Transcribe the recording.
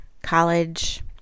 college